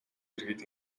дэргэд